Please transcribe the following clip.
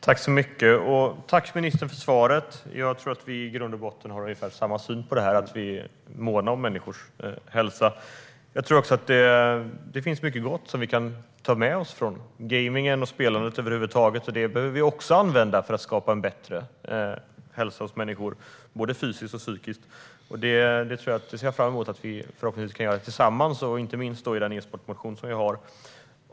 Fru talman! Tack, ministern, för svaret! Jag tror att vi i grund och botten har ungefär samma syn på detta: Vi är måna om människors hälsa. Det finns mycket gott som vi kan ta med oss från gamingen och spelandet över huvud taget. Detta behöver vi använda för att skapa en bättre hälsa hos människor, både fysisk och psykisk. Jag ser fram emot att vi förhoppningsvis kan göra det tillsammans, inte minst genom min e-sportmotion.